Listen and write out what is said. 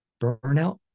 burnout